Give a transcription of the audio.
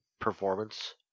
performance